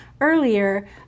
earlier